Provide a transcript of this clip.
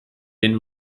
den